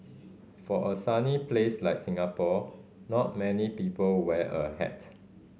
for a sunny place like Singapore not many people wear a hat